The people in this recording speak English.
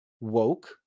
woke